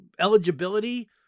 eligibility